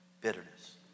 bitterness